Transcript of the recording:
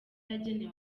yagenewe